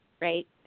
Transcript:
right